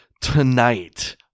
tonight